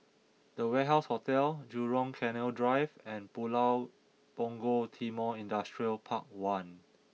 The Warehouse Hotel Jurong Canal Drive and Pulau Punggol Timor Industrial Park one